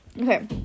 Okay